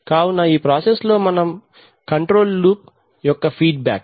కావున ఈ ప్రాసెస్ లో ఇది కంట్రోల్ లూప్ యొక్క ఫీడ్ బ్యాక్